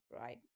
right